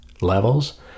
levels